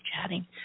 chatting